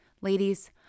Ladies